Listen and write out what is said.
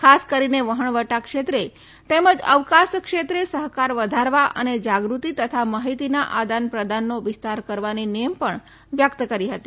ખાસ કરીને વહાણવટા ક્ષેત્રે તેમજ અવકાશ ક્ષેત્રે સહકાર વધારવા અને જાગૃતિ તથા માહિતીના આદાન પ્રદાનનો વિસ્તાર કરવાની નેમ પણ વ્યક્ત કરી હતી